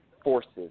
forces